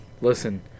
Listen